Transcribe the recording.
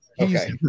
Okay